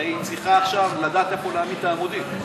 והיא צריכה עכשיו לדעת איפה להעמיד את העמודים.